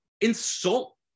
insult